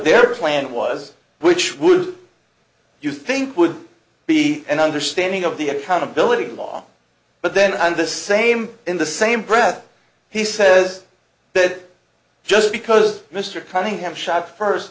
their plan was which would you think would be an understanding of the accountability law but then on the same in the same breath he says that just because mr cunningham shot first